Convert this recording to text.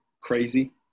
crazy